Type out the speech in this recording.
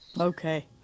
Okay